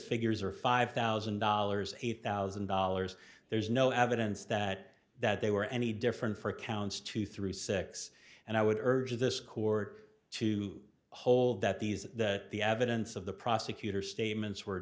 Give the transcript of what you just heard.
figures are five thousand dollars a thousand dollars there's no evidence that that they were any different for counts two through six and i would urge this court to hold that these the evidence of the prosecutor statements were